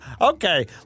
Okay